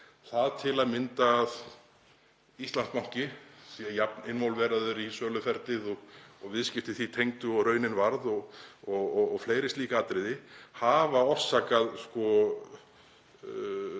til að mynda að Íslandsbanki sé jafn „innvolveraður“ í söluferlið og viðskipti því tengdu og raunin varð, og fleiri slík atriði hafa orsakað það